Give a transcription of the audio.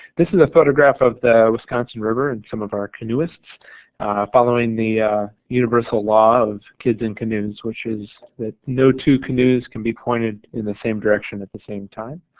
this is a photograph of the wisconsin river and some of our canoeists following the universal law of kids in canoes which is that no two canoes can be pointed in the same direction at the same time,